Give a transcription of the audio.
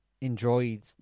enjoyed